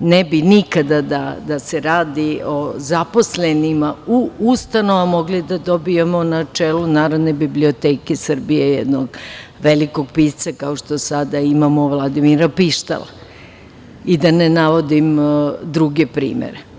ne bi nikada da se radi o zaposlenima u ustanovama mogli da dobijemo na čelu Narodne biblioteke Srbije jednog velikog pisca kao što sada imamo Vladimira Pištala i da ne navodim druge primere.